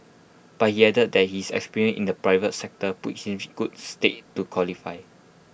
but he added that his experience in the private sector puts him in good stead to qualify